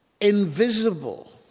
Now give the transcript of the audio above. invisible